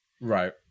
Right